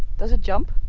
does it jump?